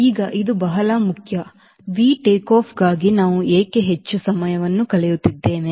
ಈಗ ಇದು ಬಹಳ ಮುಖ್ಯ V ಟೇಕ್ ಆಫ್ಗಾಗಿ ನಾವು ಏಕೆ ಹೆಚ್ಚು ಸಮಯವನ್ನು ಕಳೆಯುತ್ತಿದ್ದೇವೆ